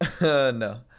No